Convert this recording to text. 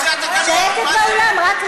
לא, לא, אבל זה התקנון, שקט באולם, רק רגע.